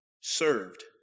served